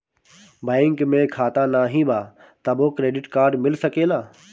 Bank में खाता नाही बा तबो क्रेडिट कार्ड मिल सकेला?